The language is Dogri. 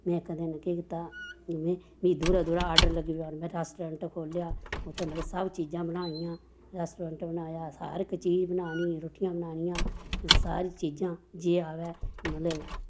में इक दिन केह् कीता मीं दूरा दूरा आर्डर लगी पे औन में रैस्टोरैंट खोह्लेआ उत्थें मतलव सब चीजां बनानियां रैस्टोरैंट बनाया हर इक चीज़ बनानी रुट्टियां बनानियां सारी चीजां जे अवै मतलव